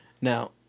Now